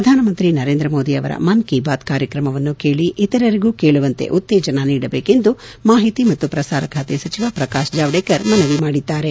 ಪ್ರಧಾನಮಂತ್ರಿ ನರೇಂದ್ರ ಮೋದಿ ಅವರ ಮನ್ ಕೀ ಬಾತ್ ಕಾರ್ಯಕ್ರಮವನ್ನು ಕೇಳಿ ಇತರರಿಗೂ ಕೇಳುವಂತೆ ಉತ್ತೇಜನ ನೀಡಬೇಕೆಂದು ಮಾಹಿತಿ ಮತ್ತು ಪ್ರಸಾರ ಖಾತೆ ಸಚಿವ ಪ್ರಕಾಶ್ ಜಾವಡೇಕರ್ ಮನವಿ ಮಾಡಿದ್ದಾರೆ